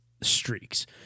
streaks